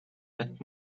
but